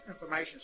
Information